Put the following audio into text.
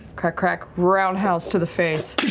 crack crack, roundhouse to the face.